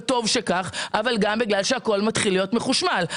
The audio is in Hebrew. וטוב שכך אבל גם בגלל שהכול מתחיל להיות מחושמל.